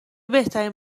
بهترین